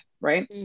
Right